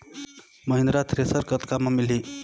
Mahindra thresher कतका म मिलही?